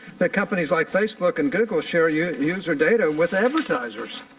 that companies like facebook and google share yeah user data with advertisers.